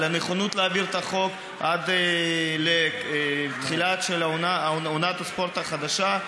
על הנכונות להעביר את החוק עד לתחילת עונת הספורט החדשה,